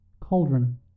Cauldron